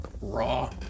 raw